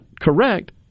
correct